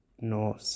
No